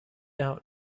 out